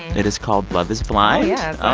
it is called love is blind. yeah oh,